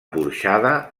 porxada